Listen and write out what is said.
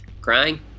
crying